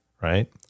right